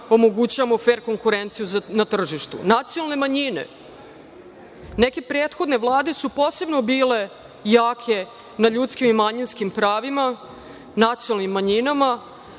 omogućavamo fer konkurenciju na tržištu. Nacionalne manjine. Neke prethodne vlade su posebno bile jake na ljudskim i manjinskim pravima, nacionalnim manjinama,